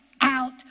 out